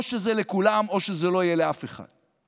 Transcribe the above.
או שזה לכולם או שזה לא יהיה לאף אחד.